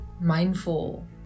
mindful